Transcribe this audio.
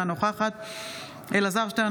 אינה נוכחת אלעזר שטרן,